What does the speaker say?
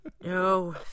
No